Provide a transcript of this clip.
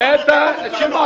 --- שמעון,